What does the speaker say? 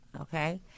Okay